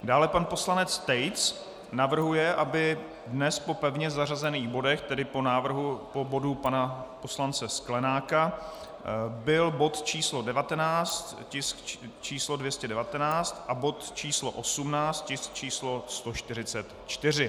Dále pan poslanec Tejc navrhuje, aby dnes po pevně zařazených bodech, tedy po bodu pana poslance Sklenáka, byl bod číslo 19, tisk číslo 219, a bod číslo 18, tisk číslo 144.